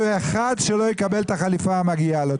אחד שלא יקבל את החליפה המגיעה לו.